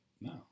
No